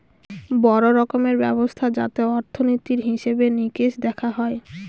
বড়ো রকমের ব্যবস্থা যাতে অর্থনীতির হিসেবে নিকেশ দেখা হয়